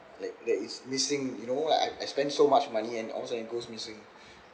like that it's missing you know I I spend so much money and goes missing